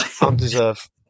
undeserved